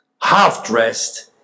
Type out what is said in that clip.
half-dressed